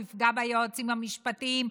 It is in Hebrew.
הוא יפגע ביועצים המשפטיים,